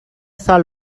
سال